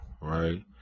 right